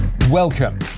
Welcome